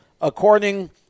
according